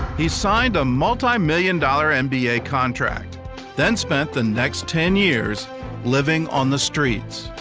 he signed a multimillion dollar and nba contract then spent the next ten years living on the streets.